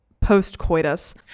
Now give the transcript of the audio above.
post-coitus